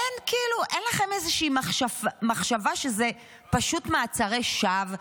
אין לכם איזושהי מחשבה שזה פשוט מעצרי שווא?